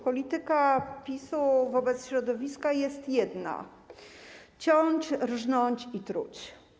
Polityka PiS-u wobec środowiska jest jedna: ciąć, rżnąć i truć.